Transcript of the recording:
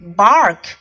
bark